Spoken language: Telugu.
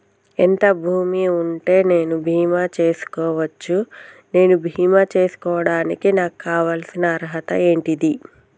ఎంత భూమి ఉంటే నేను బీమా చేసుకోవచ్చు? నేను బీమా చేసుకోవడానికి నాకు కావాల్సిన అర్హత ఏంటిది?